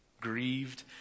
Grieved